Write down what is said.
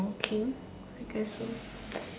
okay I guess so